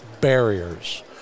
barriers